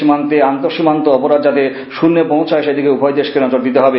সীমান্তে আন্ত সীমান্ত অপরাধ যাতে শন্যে পৌছায় সেদিকে উভয় দেশকে নজর দিতে হবে